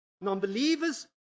non-believers